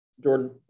Jordan